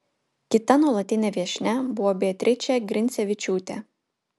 kita nuolatinė viešnia buvo beatričė grincevičiūtė